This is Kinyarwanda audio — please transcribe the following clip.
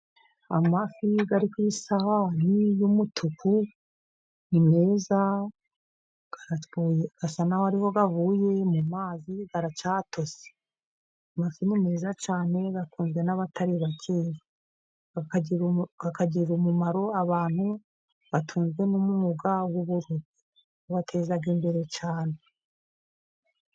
Amafi ari ku isahani y'umutuku, ni meza, asa n'aho aribwo avuye mu mazi, racyatose. Amafi ni meza cyane akundwa n'abatari bake ,agirira umumaro abantu batunzwe n'umwuga w'uburobyi. Ubateza imbere cyane.